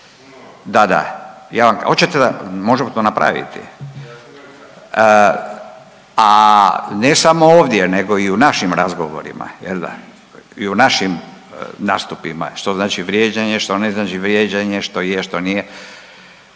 oćete, možemo to napraviti. A ne samo ovdje nego i u našim razgovorima jel da, i u našim nastupima što znači vrijeđanje, što ne znači vrijeđanje, što je, što nije